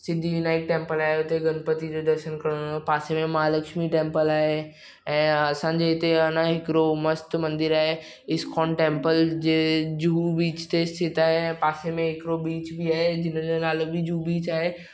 Siddhivinayak temple आहे उते गणपती जो दर्शनु करिणो पासे में महालक्ष्मी जो टेंपल आहे ऐं असांजे हिते अञा हिकिड़ो मस्तु मंदर आहे इस्कॉन टेंपल जे जुहु बीच ते स्थित आहे पासे में हिकिड़ो बीच बि आहे जिनि जो नालो बि जुहु बीच आहे